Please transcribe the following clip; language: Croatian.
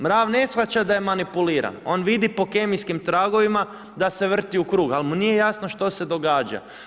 Mrav ne shvaća da je manipulian, on vidi po kemijskim tragovima da se vrti u krug ali mu nije jasno što se događa.